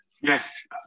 Yes